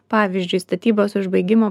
pavyzdžiui statybos užbaigimo